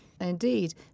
Indeed